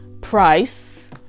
price